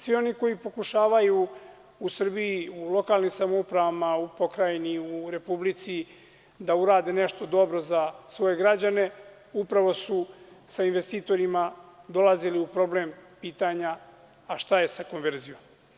Svi oni koji pokušavaju u Srbiji u lokalnim samoupravama, u pokrajini, u Republici da urade nešto dobro za svoje građane upravo su sa investitorima dolazili u problem i pitanja – a šta je sa konverzijom.